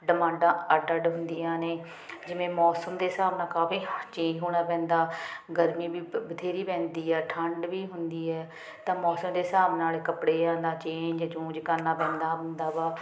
ਡਮਾਡਾਂ ਅੱਡ ਅੱਡ ਹੁੰਦੀਆਂ ਨੇ ਜਿਵੇਂ ਮੌਸਮ ਦੇ ਹਿਸਾਬ ਨਾਲ ਕਾਫੀ ਚੇਂਜ ਹੋਣਾ ਪੈਂਦਾ ਗਰਮੀ ਵੀ ਬ ਬਥੇਰੀ ਪੈਂਦੀ ਆ ਠੰਡ ਵੀ ਹੁੰਦੀ ਹੈ ਤਾਂ ਮੌਸਮ ਦੇ ਹਿਸਾਬ ਨਾਲ ਕੱਪੜਿਆਂ ਦਾ ਚੇਂਜ ਚੂੰਜ ਕਰਨਾ ਪੈਂਦਾ ਹੁੰਦਾ ਵਾ